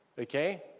Okay